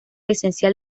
esencial